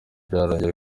byarangiye